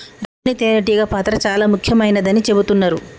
రాణి తేనే టీగ పాత్ర చాల ముఖ్యమైనదని చెబుతున్నరు